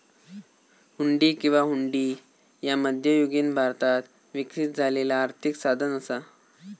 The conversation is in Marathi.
हुंडी किंवा हुंडी ह्या मध्ययुगीन भारतात विकसित झालेला आर्थिक साधन असा